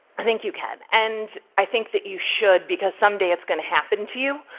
i think you can. and i think that you should because, someday, it's going to happen to you.